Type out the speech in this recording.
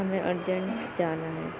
ہمیں ارجنٹ جانا ہے